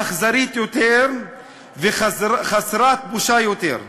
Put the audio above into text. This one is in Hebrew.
אכזרית יותר וחסרת בושה יותר.